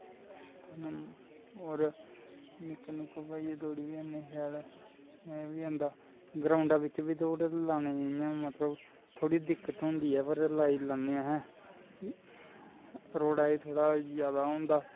और निक्कर नुक्कर पाईयै दौड़ी बी औनें शैल मज़ा आई जंदा ग्राउंडै बिच्च बी दौड़ लानें गी मतलव थोह्ड़ी दिक्कत होंदी ऐ पर लाई लैन्ने अस रोड़ै च थोह्ड़ा जादै होंदा